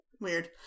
Weird